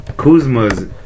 Kuzma's